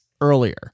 earlier